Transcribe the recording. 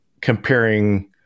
comparing